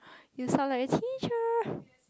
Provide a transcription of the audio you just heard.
you sound like a teacher